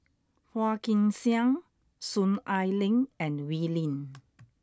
Phua Kin Siang Soon Ai Ling and Wee Lin